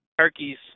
turkeys